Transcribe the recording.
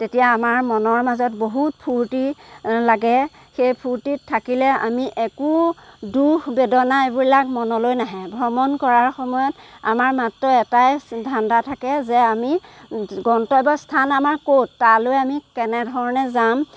তেতিয়া আমাৰ মনৰ মাজত বহুত ফূৰ্তি লাগে সেই ফূৰ্তিত থাকিলে আমি একো দুখ বেদনা এইবিলাক মনলৈ নাহে ভ্ৰমণ কৰাৰ সময়ত আমাৰ মাত্ৰ এটাই ধান্দা থাকে যে আমি গন্তব্য স্থান আমাৰ ক'ত তালৈ আমি কেনেধৰণে যাম